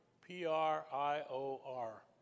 P-R-I-O-R